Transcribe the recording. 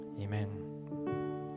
Amen